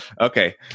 Okay